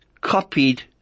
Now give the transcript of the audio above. copied